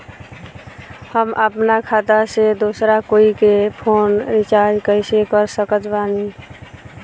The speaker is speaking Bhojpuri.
हम अपना खाता से दोसरा कोई के फोन रीचार्ज कइसे कर सकत बानी?